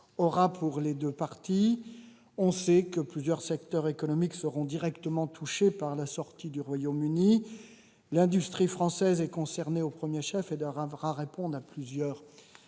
aura pour les deux parties. On sait que plusieurs secteurs économiques seront directement touchés par la sortie du Royaume-Uni. L'industrie française est concernée au premier chef et devra relever plusieurs